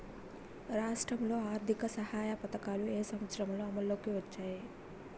రాష్ట్రంలో ఆర్థిక సహాయ పథకాలు ఏ సంవత్సరంలో అమల్లోకి వచ్చాయి?